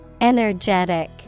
Energetic